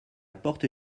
porte